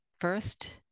first